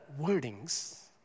wordings